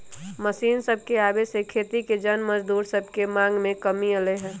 machine सभके आबे से खेती के जन मजदूर सभके मांग में कमी अलै ह